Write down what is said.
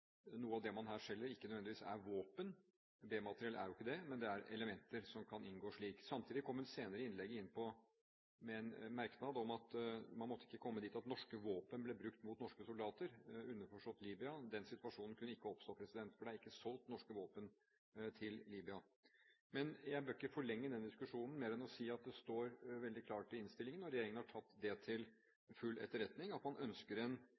noe av det man her selger, ikke nødvendigvis er våpen. B-materiell er jo ikke det, men det er elementer som kan inngå slik. Samtidig kom hun senere i innlegget inn med en merknad om at man måtte ikke komme dit at norske våpen ble brukt mot norske soldater – underforstått i Libya. Den situasjonen kunne ikke oppstå, for det er ikke solgt norske våpen til Libya. Men jeg behøver ikke forlenge den diskusjonen mer enn ved å si at det står veldig klart i innstillingen, og regjeringen har tatt til full etterretning at man ønsker en